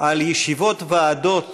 על ישיבות של ועדות